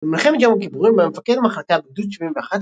במלחמת יום הכיפורים היה מפקד מחלקה בגדוד 71,